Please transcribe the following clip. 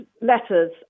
letters